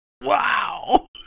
Wow